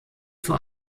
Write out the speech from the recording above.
vor